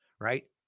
right